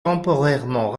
temporairement